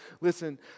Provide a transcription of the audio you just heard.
Listen